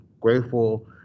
grateful